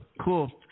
Cool